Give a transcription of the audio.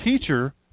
teacher